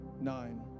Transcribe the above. nine